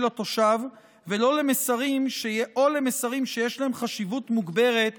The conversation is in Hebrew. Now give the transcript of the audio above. לתושב או למסרים שיש להם חשיבות מוגברת